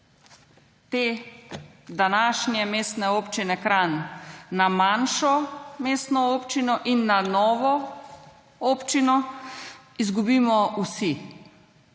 te današnje Mestne občine Kranj na manjšo mestno občino in na novo občino izgubimo vsi;